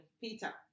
peter